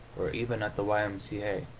or even at the y. m. c. a.